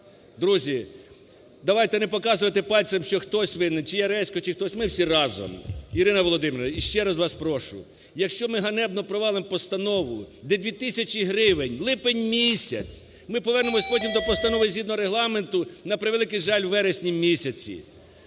Друзі, давайте не показувати пальцем, що хтось винний: чиЯресько, чи хтось. Ми всі разом. Ірина Володимирівна, ще раз вас прошу, якщо ми ганебно провалимо постанову, де 2 тисячі гривень, липень місяць, ми повернемося потім до постанови згідно Регламенту, на превеликий жаль, у вересні місяці,